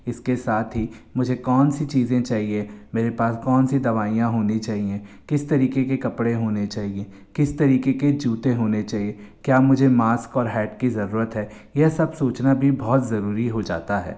इसके साथ ही मुझे कौनसी चीज़ें चाहिए मेरे पास कौनसी दवाइयाँ होनी चाहिएँ किस तरीके के कपड़े होने चाहिए किस तरीके के जूते होने चाहिए क्या मुझे मास्क और हैट की ज़रूरत है यह सब सोचना भी बहुत ज़रूरी हो जाता है